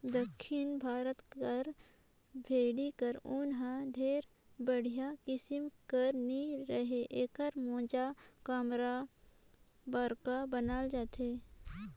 दक्खिन भारत कर भेंड़ी कर ऊन हर ढेर बड़िहा किसिम कर नी रहें एकर मोजा, कमरा बगरा बनाल जाथे